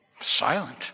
silent